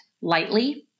lightly